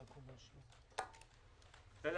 יש לי